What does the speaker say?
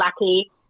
lucky